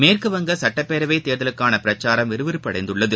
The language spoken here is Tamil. மேற்குவங்கசட்டப்பேரவைதேர்தலுக்கானபிரச்சாரம் விறுவிறுப்பு அடைந்துள்ளது